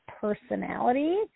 personality